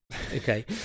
Okay